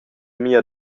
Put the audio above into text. mia